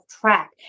track